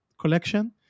collection